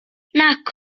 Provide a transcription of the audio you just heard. nac